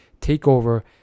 takeover